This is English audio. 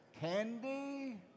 Candy